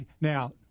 Now